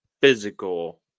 physical